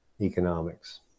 economics